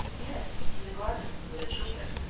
yes, in the garden, with the children.